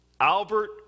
Albert